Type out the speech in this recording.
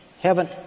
Heaven